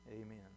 Amen